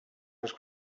was